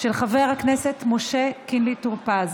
של חבר הכנסת משה קינלי טור פז.